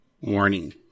Warning